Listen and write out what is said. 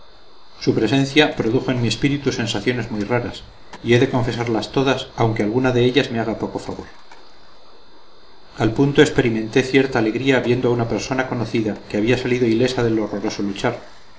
su presencia produjo en mi espíritu sensaciones muy raras y he de confesarlas todas aunque alguna de ellas me haga poco favor al punto experimenté cierta alegría viendo a una persona conocida que había salido ilesa del horroroso luchar